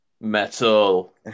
Metal